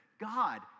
god